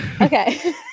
Okay